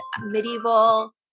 medieval